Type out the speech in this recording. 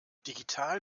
digital